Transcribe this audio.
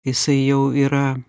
jisai jau yra